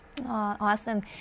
Awesome